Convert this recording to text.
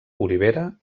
olivera